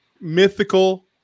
Mythical